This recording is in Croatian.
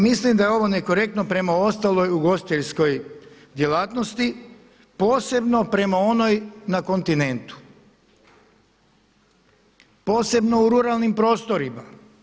Mislim da je ovo nekorektno prema ostalog ugostiteljskoj djelatnosti, posebno prema onoj na kontinentu, posebno u ruralnim prostorima.